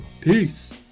Peace